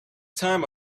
time